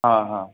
हा हा